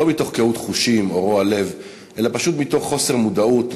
לא מתוך קהות חושים או רוע לב אלא פשוט מתוך חוסר מודעות,